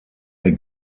der